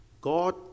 god